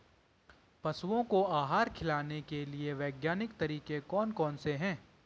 पशुओं को आहार खिलाने के लिए वैज्ञानिक तरीके कौन कौन से हैं?